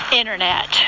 internet